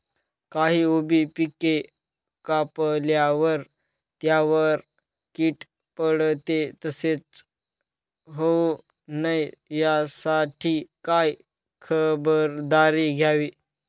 काही उभी पिके कापल्यावर त्यावर कीड पडते, तसे होऊ नये यासाठी काय खबरदारी घ्यावी?